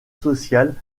social